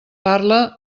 parle